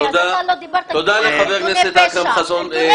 אתה לא דיברת על ארגוני פשע.